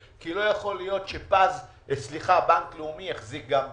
להיות שבנק לאומי יחזיק גם בפז,